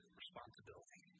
responsibility